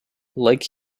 lake